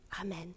Amen